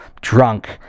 drunk